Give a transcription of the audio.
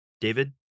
David